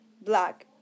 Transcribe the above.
black